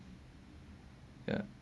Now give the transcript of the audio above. ya